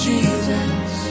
Jesus